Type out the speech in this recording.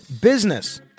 business